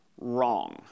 wrong